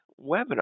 webinar